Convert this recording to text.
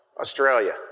Australia